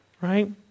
Right